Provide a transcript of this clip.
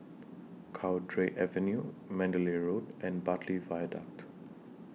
Cowdray Avenue Mandalay Road and Bartley Viaduct